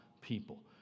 people